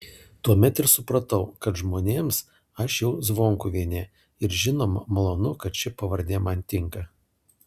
tuomet ir supratau kad žmonėms aš jau zvonkuvienė ir žinoma malonu kad ši pavardė man tinka